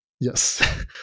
Yes